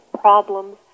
problems